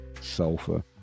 sulfur